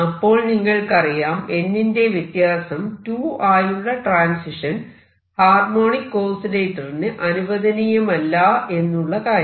അപ്പോൾ നിങ്ങൾക്കറിയാം n ന്റെ വ്യത്യാസം 2 ആയുള്ള ട്രാൻസിഷൻ ഹാർമോണിക് ഓസിലേറ്ററിന് അനുവദനീയമല്ല എന്നുള്ള കാര്യം